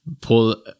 pull